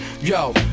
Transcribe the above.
Yo